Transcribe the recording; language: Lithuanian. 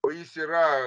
o jis yra